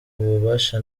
ububasha